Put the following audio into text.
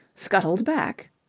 scuttled back.